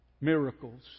Miracles